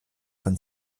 von